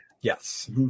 yes